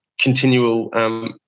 continual